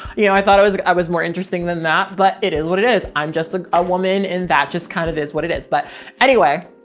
you know, i thought it was like, i was more interesting than that, but it is what it is. i'm just a ah woman and that just kind of is what it is. but anyway,